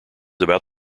about